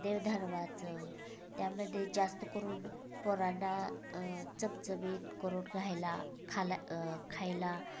देवधर्माचं त्यामध्ये जास्तकरून पोरांना चमचमीत करून खायला खाला खायला